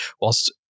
whilst